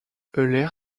euler